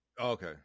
okay